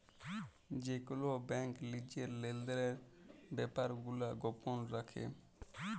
যে কল ব্যাংক লিজের লেলদেলের ব্যাপার গুলা গপল রাখে